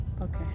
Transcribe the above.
Okay